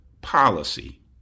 policy